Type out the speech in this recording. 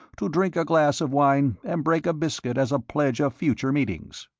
to drink a glass of wine and break a biscuit as a pledge of future meetings.